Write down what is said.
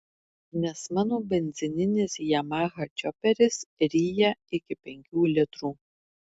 nes mano benzininis yamaha čioperis ryja iki penkių litrų